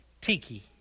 Tiki